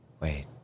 Wait